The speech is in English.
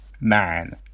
man